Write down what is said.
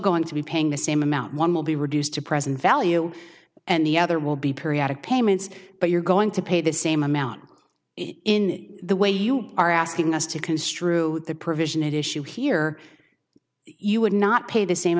going to be paying the same amount one will be reduced to present value and the other will be periodic payments but you're going to pay the same amount in the way you are asking us to construe the provision at issue here you would not pay the same